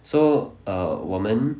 so err 我们